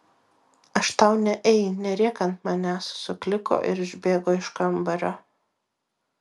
aš tau ne ei nerėk ant manęs sukliko ir išbėgo iš kambario